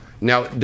Now